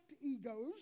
egos